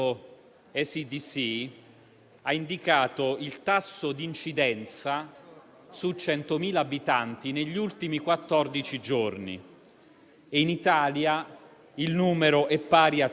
Anche in Europa, nel nostro pezzo di mondo, la situazione è tutt'altro che tranquilla: basti guardare ai Balcani, dove i numeri sono assolutamente